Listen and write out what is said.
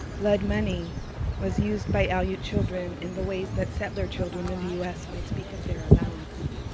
blood money was used by aleut children in the ways that settler children in the u s. might speak of their allowance.